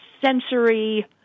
sensory